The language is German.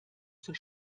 zur